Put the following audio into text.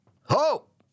Hope